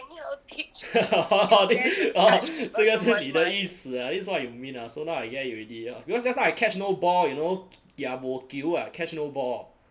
orh 这样是你的意思 ah this is what you mean ah so now I get it already because just now I catch no ball you know liak bo kiew ah catch no ball